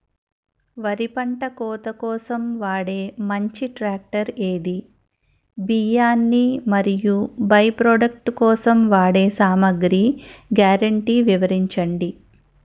వరి పంట కోత కోసం వాడే మంచి ట్రాక్టర్ ఏది? బియ్యాన్ని మరియు బై ప్రొడక్ట్ కోసం వాడే సామాగ్రి గ్యారంటీ వివరించండి?